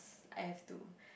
I have to